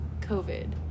covid